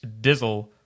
Dizzle